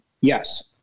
Yes